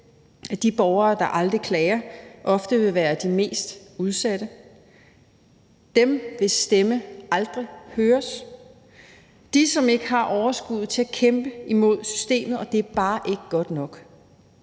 at de borgere, der aldrig klager, ofte vil være de mest udsatte – dem, hvis stemme aldrig høres, dem, som ikke har overskuddet til at kæmpe imod systemet. Det er bare ikke godt nok.